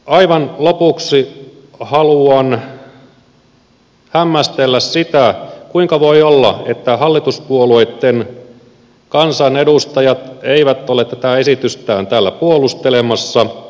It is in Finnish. aivan lopuksi haluan hämmästellä sitä kuinka voi olla niin että hallituspuolueitten kansanedustajat eivät ole tätä esitystään täällä puolustelemassa